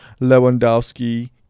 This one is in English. Lewandowski